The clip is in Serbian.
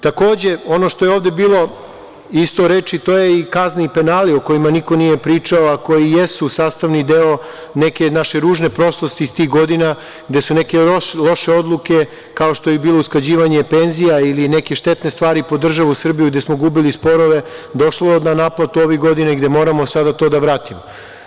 Takođe, ono što je ovde bilo isto reči, to su kazne i penali o kojima niko nije pričao, a koji jesu sastavni deo neke naše ružne prošlosti iz tih godina, gde su neke loše odluke kao što je bilo usklađivanje penzija ili neke štetne stvari po državu Srbiju, gde smo gubili sporove, došlo je na naplatu ovih godina gde moramo sada to da vratimo.